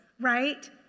right